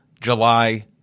July